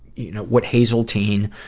you know, what hazelteen